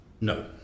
No